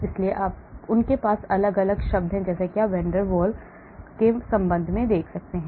इसलिए उनके पास अलग अलग शब्द हैं जैसा कि आप van der Waal के संबंध में देख सकते हैं